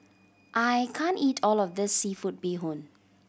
I can't eat all of this seafood bee hoon